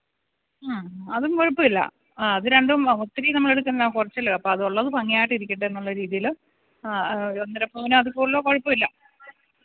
അതും കുഴപ്പമില്ല അത് രണ്ടും ഒത്തിരി നമ്മൾ എടുക്കുന്നില്ല കുറച്ചല്ലേ അപ്പോൾ അതുള്ളത് ഭംഗിയായി ഇരിക്കട്ടെ എന്നുള്ള രീതിയിൽ ഒന്നര പവനോ അതിൽ കൂടുതലോ കുഴപ്പമില്ല